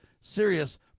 serious